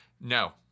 No